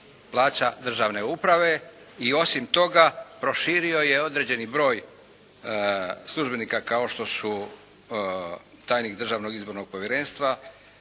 plaća državne uprave i osim tog, proširio je određeni broj službenika kao što su tajnik Državnog izbornog povjerenstva,